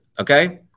Okay